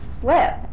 slip